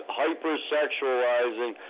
hyper-sexualizing